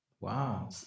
Wow